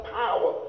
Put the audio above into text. power